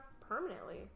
permanently